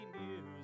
music